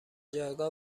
جایگاه